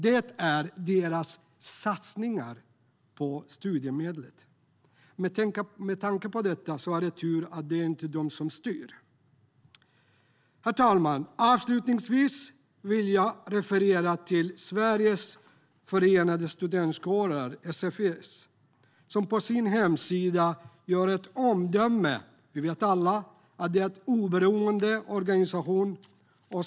Det är Alliansens satsningar på studiemedlen. Med tanke på detta är det tur att det inte är de som styr. Herr talman! Avslutningsvis vill jag referera till Sveriges förenade studentkårer, SFS, som på sin hemsida skriver ett omdöme. Vi vet alla att detta är en oberoende organisation.